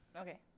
okay